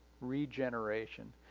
regeneration